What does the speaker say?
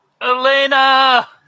Elena